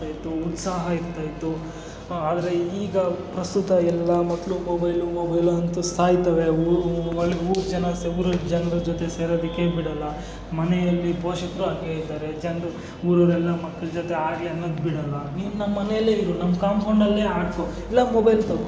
ಉತ್ಸಾಹ ಇರ್ತಾಯಿತ್ತು ಆದರೆ ಈಗ ಪ್ರಸ್ತುತ ಎಲ್ಲ ಮಕ್ಕಳು ಮೊಬೈಲು ಮೊಬೈಲು ಅಂತ ಸಾಯ್ತಾವೆ ಊರು ಮೊಬೈಲ್ ಊರು ಜನ ಸವ್ರಲ್ ಜನರ ಜೊತೆ ಸೇರೋದಿಕ್ಕೆ ಬಿಡಲ್ಲ ಮನೆಯಲ್ಲಿ ಪೋಷಕರು ಹಾಗೆ ಇದ್ದಾರೆ ಜನರು ಊರವ್ರೆಲ್ಲ ಮಕ್ಕಳು ಜೊತೆ ಆಡಲಿ ಅನ್ನೋದು ಬಿಡಲ್ಲ ನೀನು ನಮ್ಮ ಮನೆಯಲ್ಲೇ ಇರು ಕಾಂಪೋಂಡಲ್ಲೇ ಆಡ್ಕೊ ಇಲ್ಲ ಮೊಬೈಲ್ ತಗೋ